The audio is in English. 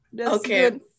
Okay